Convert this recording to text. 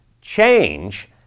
Change